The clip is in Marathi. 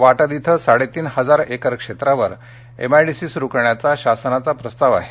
वाटद इथं साडेतीन हजार एकर क्षेत्रावर एमआयडीसी सुरू करण्याचा शासनाचा प्रस्ताव आहे